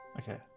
Okay